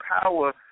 power